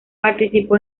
participó